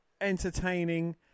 entertaining